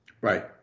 Right